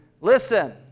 Listen